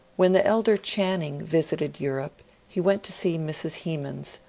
when the elder channing visited europe he went to see mrs. hemans,